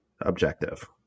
objective